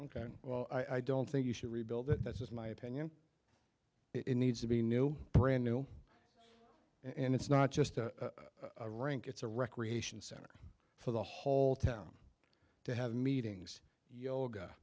ok well i don't think you should rebuild it that's just my opinion it needs to be no brand new and it's not just a rink it's a recreation center for the whole town to have meetings yoga